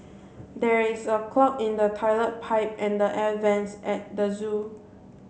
there is a clog in the toilet pipe and the air vents at the zoo